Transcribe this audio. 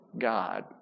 God